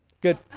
good